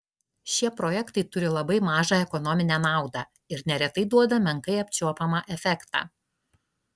šie projektai turi labai mažą ekonominę naudą ir neretai duoda menkai apčiuopiamą efektą